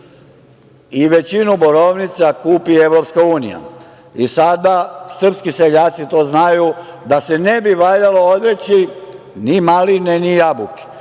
i većinu borovnica kupi Evropska unija. Srpski seljaci znaju da se ne bi valjalo odreći ni maline ni jabuke.